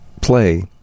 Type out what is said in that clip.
play